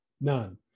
none